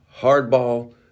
hardball